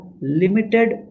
limited